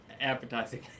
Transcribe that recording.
appetizing